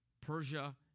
Persia